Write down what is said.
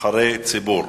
נבחרי ציבור.